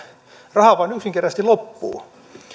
raha vain yksinkertaisesti loppuu